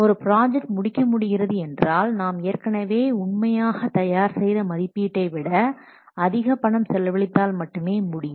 ஒரு ப்ராஜெக்ட் முடிக்க முடிகிறது என்றால் நாம் ஏற்கனவே உண்மையாக தயார் செய்த மதிப்பீட்டை விட அதிக பணம் செலவழித்தால் மட்டுமே முடியும்